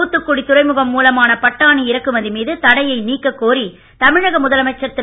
தூத்துக்குடி துறைமுகம் மூலமான பட்டாணி இறக்குமதி மீது தடையை நீக்கக் கோரி தமிழக முதலமைச்சர் திரு